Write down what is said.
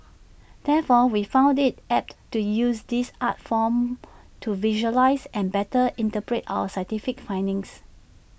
therefore we found IT apt to use this art form to visualise and better interpret our scientific findings